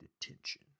Detention